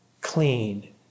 clean